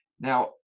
Now